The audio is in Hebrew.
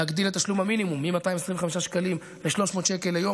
להגדיל את תשלום המינימום מ-225 שקלים ל-300 שקלים ליום,